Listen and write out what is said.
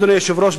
אדוני היושב-ראש,